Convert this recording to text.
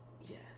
yes